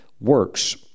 works